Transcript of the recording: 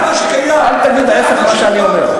אל תגיד ההפך ממה שאני אומר,